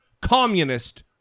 communist